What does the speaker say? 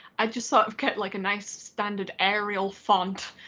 i just sort of kept like a nice standard arial font.